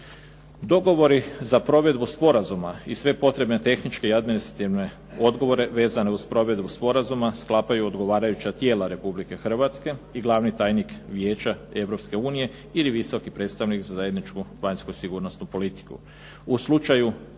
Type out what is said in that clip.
Dogovori za provedbu sporazuma i sve potrebne tehničke i administrativne odgovore vezane uz provedbu sporazuma sklapaju odgovarajuća tijela Republike Hrvatske i glavni tajnik Vijeća Europske unije ili predstavnik za zajedničku vanjsku sigurnosnu politiku.